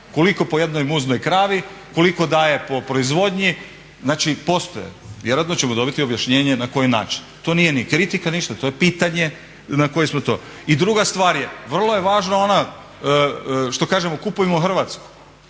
koliko po jednoj muznoj kravi koliko daje po proizvodnji znači postoje. Vjerojatno ćemo dobiti objašnjenje na koji način. To nije ni kritika ništa, to je pitanje. I druga stvar, vrlo je važna ono što kaže kupujmo hrvatsko,